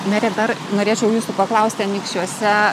mere dar norėčiau jūsų paklausti anykščiuose